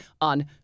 on